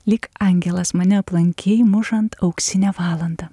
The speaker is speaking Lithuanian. lyg angelas mane aplankei mušant auksinę valandą